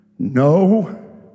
No